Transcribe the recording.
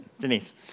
Denise